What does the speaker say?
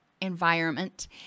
environment